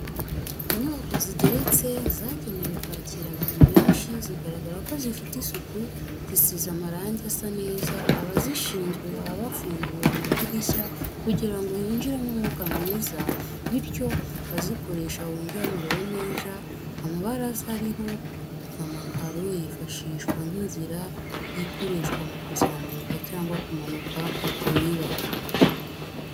Inyubako zigeretse zagenewe kwakira abantu benshi zigaragara ko zifite isuku, zisize amarange asa neza abazishinzwe baba bafunguye amadirishya kugira ngo hinjiremo umwuka mwiza bityo abazikoresha bumve bamerewe neza, amabaraza ari ho amakaro yifashishwa nk'inzira zikoreshwa mu kuzamuka cyangwa kumanuka mu nyubako.